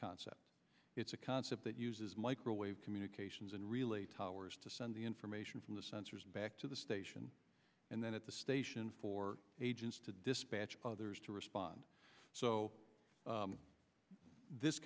concept it's a concept that uses microwave communications and relay towers to send the information from the sensors back to the station and then at the station for agents to dispatch others to respond so this